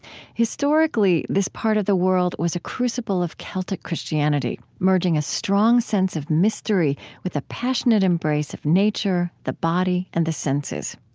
historically, this part of the world was a crucible of celtic christianity, merging a strong sense of mystery with a passionate embrace of nature, the body, and the senses.